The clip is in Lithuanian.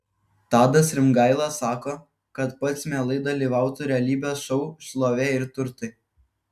tadas rimgaila sako kad pats mielai dalyvautų realybės šou šlovė ir turtai